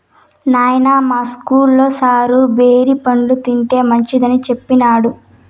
నాయనా, మా ఇస్కూల్లో సారు బేరి పండ్లు తింటే మంచిదని సెప్పినాడు